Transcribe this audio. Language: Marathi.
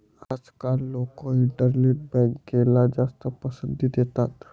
आजकाल लोक इंटरनेट बँकला जास्त पसंती देतात